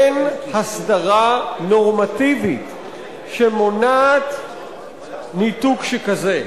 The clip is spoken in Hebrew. אין הסדרה נורמטיבית שמונעת ניתוק שכזה.